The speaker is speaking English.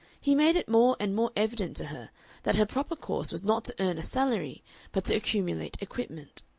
he made it more and more evident to her that her proper course was not to earn a salary but to accumulate equipment.